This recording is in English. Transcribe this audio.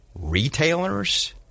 retailers